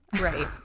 Right